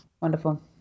Wonderful